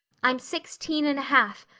i'm sixteen and a half,